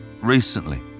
Recently